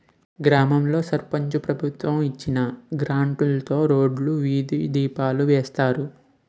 గ్రామాల్లో సర్పంచు ప్రభుత్వం ఇచ్చిన గ్రాంట్లుతో రోడ్లు, వీధి దీపాలు వేయిస్తారు